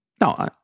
No